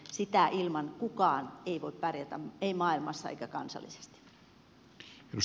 sitä ilman kukaan ei voi pärjätä ei maailmassa eikä kansallisesti